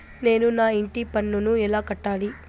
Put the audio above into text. నేను నా ఇంటి పన్నును ఎలా కట్టాలి?